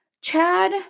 Chad